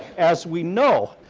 as we know,